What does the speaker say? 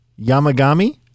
Yamagami